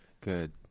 Good